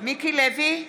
מיקי לוי,